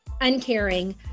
uncaring